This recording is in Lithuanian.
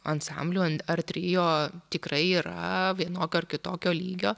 ansamblių ar trio tikrai yra vienokio ar kitokio lygio